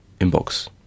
inbox